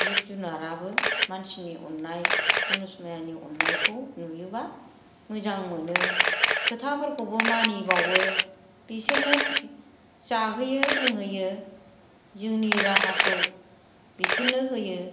जिब जुनादाबो मानसिनि अननाय मुनुस मायानि अननाखौ नुयोब्ला मोजां मोनो खोथाफोरखौबो मानिबावो बिसोरनो जाहोयो लोंहोयो जोंनि राहाखौ